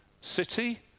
city